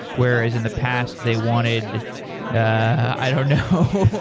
whereas in the past, they wanted i don't know.